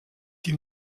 die